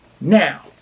Now